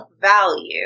value